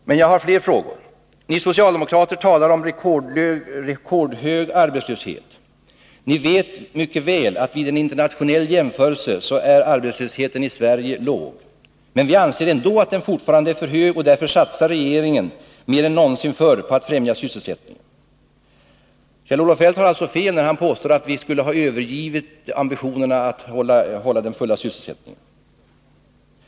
Men jag har fler frågor. Ni socialdemokrater talar om rekordhög arbetslöshet. Ni vet mycket väl att vid en internationell jämförelse är arbetslösheten i Sverige låg. Men vi anser ändå att den fortfarande är för hög, och därför satsar regeringen mer än någonsin förr på att främja sysselsättningen. Kjell-Olof Feldt har alltså fel när han påstår att vi skulle ha övergivit ambitionerna att hålla uppe den fulla sysselsättningen.